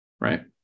right